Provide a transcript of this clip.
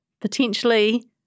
potentially